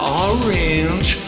orange